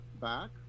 back